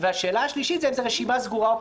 3. האם רשימה סגורה או פתוחה?